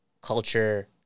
culture